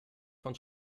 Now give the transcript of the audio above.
von